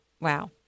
Wow